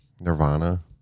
Nirvana